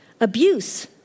abuse